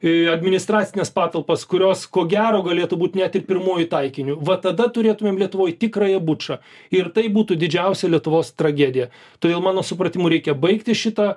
į administracines patalpas kurios ko gero galėtų būt net ir pirmuoju taikiniu va tada turėtumėm lietuvoj tikrąją bučą ir tai būtų didžiausia lietuvos tragedija todėl mano supratimu reikia baigti šitą